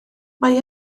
mae